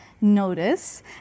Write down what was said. notice